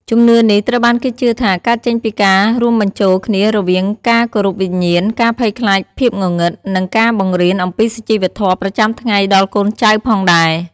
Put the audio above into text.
ជំនឿនេះត្រូវបានគេជឿថា កើតចេញពីការរួមបញ្ចូលគ្នារវាង ការគោរពវិញ្ញាណ ការភ័យខ្លាចភាពងងឹត និង ការបង្រៀនអំពីសុជីវធម៌ប្រចាំថ្ងៃដល់កូនចៅផងដែរ ។